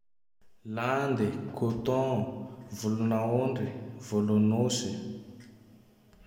Lande, côton, volon'aondry, volon'osy.